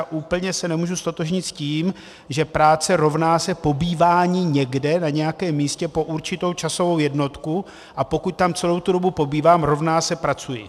A úplně se nemůžu ztotožnit s tím, že práce rovná se pobývání někde, na nějakém místě po určitou časovou jednotku, a pokud tam celou tu dobu pobývám, rovná se pracuji.